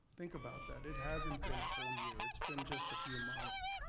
think about that, it hasn't been a whole year, it's been just a few months.